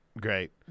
Great